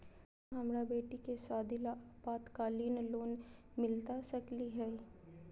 का हमरा बेटी के सादी ला अल्पकालिक लोन मिलता सकली हई?